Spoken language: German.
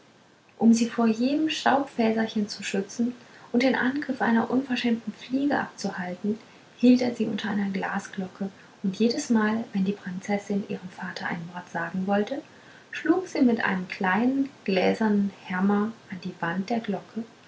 um sie vor jedem staubfäserchen zu schützen und den angriff einer unverschämten fliege abzuhalten hielt er sie unter einer glasglocke und jedesmal wenn die prinzessin ihrem vater ein wort sagen wollte schlug sie mit einem kleinen gläsernen hammer an die wand der glocke